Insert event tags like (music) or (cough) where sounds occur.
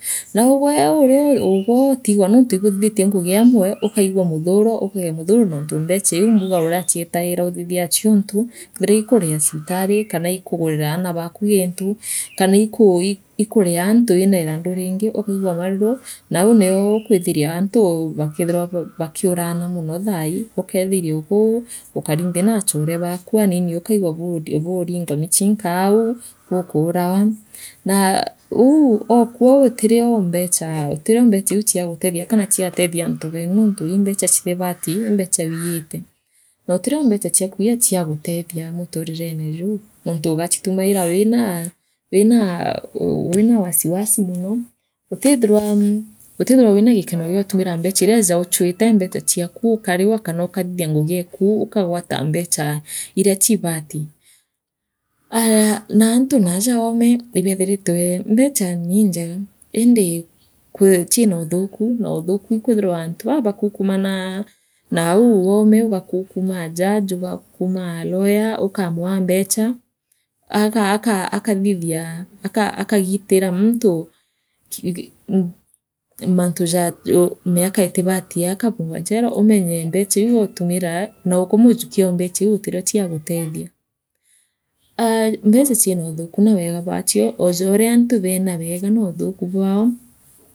Na uugwe urea uugwe ootigwa nontu ibuthithitie ngugi amwe ukaigua muthuru, ukagea muthuro nontu mbeca liu mbuga uracieetaira uthithia acio untu eethira ii kura ibitavi, kana ikugurisia aana bako gintu, kanai iku, ikurea antu wina irandu riingi, ikaigua maruru, na aau nee ukwithiria antu bakiithirwa bakiuraana monothaai, ukethiria uugwe ukari nthi no achore baku, aanini ukaigua buuringwa michinka aau, buukarugwa, na oou ookua utirio mbeca, utirio iiu aagutethia kana aatethia antu banu, ontu iiu ii mbecha utibaati, ii mbeca wiiyite. Nootiriombecha ai kwiya claagutethia muterirene jou, nontu ugachitumaira wina wasiwasi mono, uthithirwa wina gikeno gia utumira mbeca iiu ja uchuite mbeca eiaku ukariwa kana ukathithia ngigi aku, ukagwata mbeca iria ubati. Aaah antu naaja oome, ibeethiritwe, mbeca nii ngega, iindi ciina uthuku, noothuku wi kwithirwa aantu baa bakuukumanaa naau oome, baakuukuuma judge, baakukuma lawyer, ukamwaa mbecha, akathithia, akagitiria muntu. (hesitation) Miaka atibati akabungwa ncheera, omenya mbeecha iiuu ootumira, nooowe mujukia oo mbecha iiu utirio ciaaguteethia. Aaah mbeca cia weega na uthuku bwacio, ojoorea antu bena weega na uthuku.